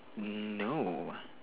mm no